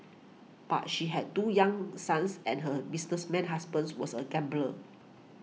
but she had two young sons and her businessman husband was a gambler